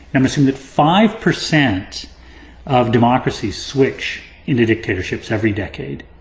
um um that five percent of democracies switch into dictatorships every decade,